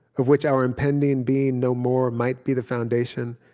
of which our impending being no more might be the foundation,